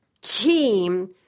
team